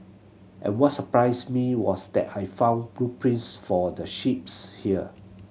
and what surprised me was that I found blueprints for the ships here